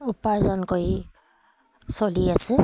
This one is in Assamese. উপাৰ্জন কৰি চলি আছে